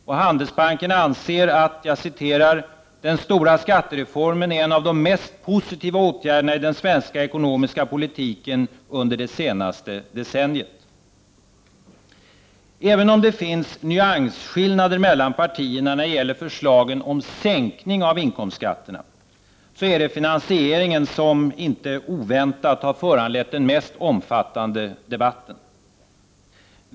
Och Handelsbanken anser att ”Den stora skattereformen är en av de mest positiva åtgärderna i den svenska ekonomiska politiken under det senaste decenniet.” Även om det finns nyansskillnader mellan partierna när det gäller förslagen om sänkning av inkomstskatterna, så är det finansieringen som, inte oväntat, har föranlett den mest omfattande debatten.